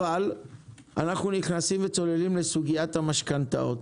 אבל אנחנו צוללים ונכנסים לסוגית המשכנתאות.